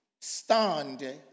stand